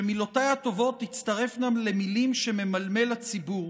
שמילותיי הטובות תצטרפנה למילים שממלמל הציבור.